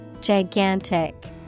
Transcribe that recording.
Gigantic